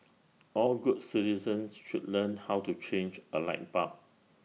all good citizens should learn how to change A light bulb